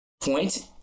point